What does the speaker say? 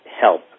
help